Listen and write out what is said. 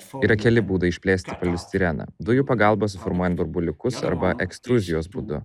yra keli būdai išplėsti polistireną dujų pagalba suformuojant burbuliukus arba ekstruzijos būdu